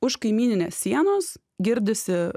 už kaimyninės sienos girdisi